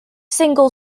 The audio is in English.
single